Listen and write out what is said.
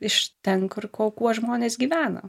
iš ten kur ko kuo žmonės gyveno